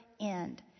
end